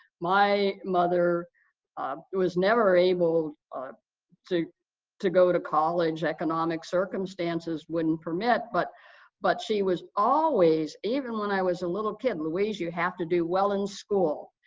my mother um was never able um to to go to college economic circumstances wouldn't permit, but but she was always even when i was a little kid, louise, you have to do well in school.